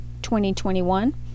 2021